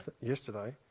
yesterday